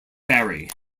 barry